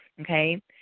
Okay